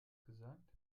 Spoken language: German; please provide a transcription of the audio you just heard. gesagt